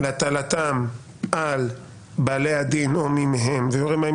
להטלתם על בעלי הדין או מי מהם ויורה מהי